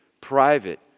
private